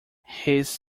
his